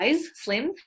slim